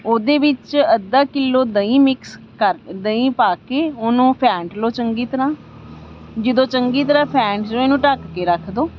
ਉਹਦੇ ਵਿੱਚ ਅੱਧਾ ਕਿਲੋ ਦਹੀਂ ਮਿਕਸ ਕਰ ਦਹੀਂ ਪਾ ਕੇ ਉਹਨੂੰ ਫੈਂਟ ਲਉ ਚੰਗੀ ਤਰ੍ਹਾਂ ਜਦੋਂ ਚੰਗੀ ਤਰ੍ਹਾਂ ਫੈਂਟ ਰਹੇ ਇਹਨੂੰ ਢੱਕ ਕੇ ਰੱਖ ਦਿਉ